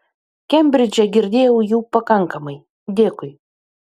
kembridže girdėjau jų pakankamai dėkui